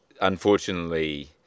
unfortunately